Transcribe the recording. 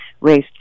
raised